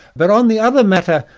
but on the other matter,